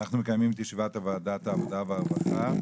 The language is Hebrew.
אנחנו מקיימים את ישיבת ועדת העבודה והרווחה,